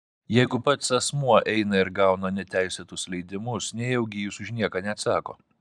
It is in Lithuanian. jeigu pats asmuo eina ir gauna neteisėtus leidimus nejaugi jis už nieką neatsako